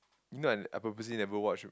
you know I n~ I purposely never watch